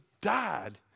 died